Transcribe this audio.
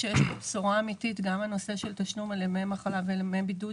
שיש בשורה אמיתית בנושא של תשלום על ימי מחלה וימי בידוד,